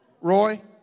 Roy